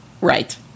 Right